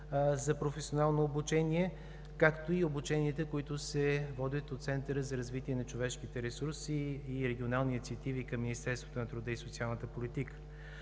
за професионално обучение, както и обученията, които се водят от Центъра за развитие на човешките ресурси и регионалните инициативи към Министерството на труда и социалната политика.